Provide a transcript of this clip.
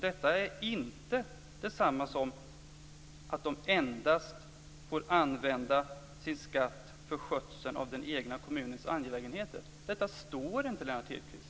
Det är inte detsamma som att de endast får använda sin skatt för skötseln av den egna kommunens angelägenheter. Detta står inte i lagen, Lennart Hedquist.